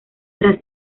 tras